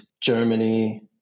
Germany